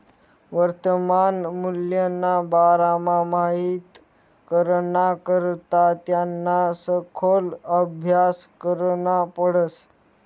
वर्तमान मूल्यना बारामा माहित कराना करता त्याना सखोल आभ्यास करना पडस